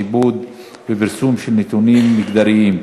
עיבוד ופרסום של נתונים מגדריים),